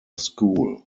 school